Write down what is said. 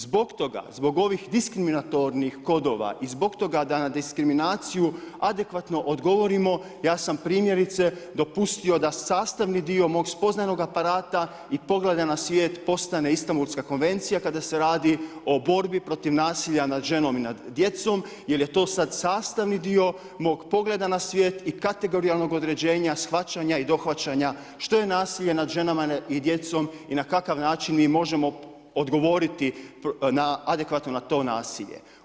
Zbog toga, zbog ovih diskriminatornih kodova i zbog toga da na diskriminaciju adekvatno odgovorimo, ja sam primjerice dopustio da sastavni dio mog spoznajnog aparata i pogleda na svijet postane Istanbulska konvencija kada se radi o borbi protiv nasilja nad ženom i nad djecom jer je to sad sastavni dio mog pogleda na svijet i kategorijalnog određenja, shvaćanja i dohvaćanja što je nasilje nad ženama i djecom i na kakav način mi možemo dogovoriti adekvatno na to nasilje.